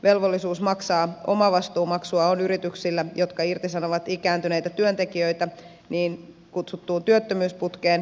velvollisuus maksaa omavastuumaksua on yrityksillä jotka irtisanovat ikääntyneitä työntekijöitä niin kutsuttuun työttömyysputkeen